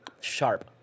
sharp